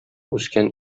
үскән